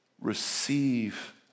Receive